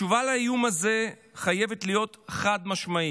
התשובה לאיום הזה חייבת להיות חד-משמעית,